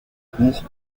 cours